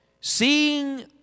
seeing